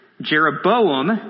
Jeroboam